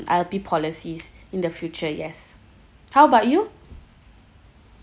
I_L_P policies in the future yes how about you